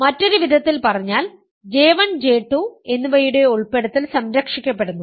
മറ്റൊരു വിധത്തിൽ പറഞ്ഞാൽ J1 J2 എന്നിവയുടെ ഉൾപ്പെടുത്തൽ സംരക്ഷിക്കപ്പെടുന്നു